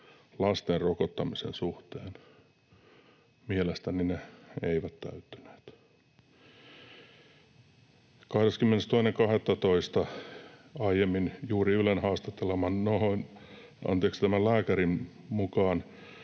lasten rokottamisen suhteen? Mielestäni ne eivät täyttyneet. 22.12. juuri tämän Ylen aiemmin haastatteleman lääkärin mukaan